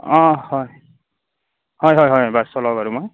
অ হয় হয় হয় হয় বাছ চলাওঁ বাৰু মই